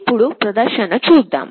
ఇప్పుడు ప్రదర్శన చూద్దాం